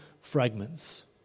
fragments